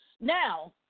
Now